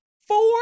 four